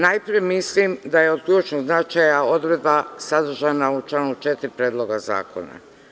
Najpre mislim da je od ključnog značaja odredba sadržana u članu 4. Predloga zakona.